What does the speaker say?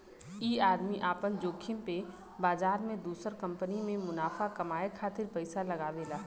ई आदमी आपन जोखिम पे बाजार मे दुसर कंपनी मे मुनाफा कमाए खातिर पइसा लगावेला